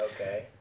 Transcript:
Okay